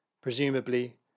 Presumably